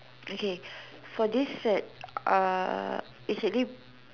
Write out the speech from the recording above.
okay for this cert uh actually